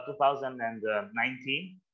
2019